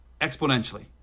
exponentially